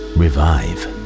revive